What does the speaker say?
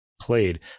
played